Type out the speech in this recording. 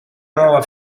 nuova